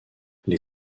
les